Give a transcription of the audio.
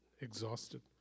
exhausted